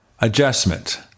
adjustment